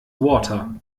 water